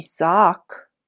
Isaac